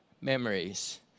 memories